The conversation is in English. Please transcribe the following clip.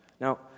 Now